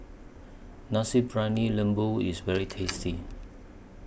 Nasi Briyani Lembu IS very tasty